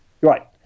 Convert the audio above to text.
Right